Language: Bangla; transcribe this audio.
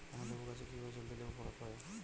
আমি লেবু গাছে কিভাবে জলদি লেবু ফলাতে পরাবো?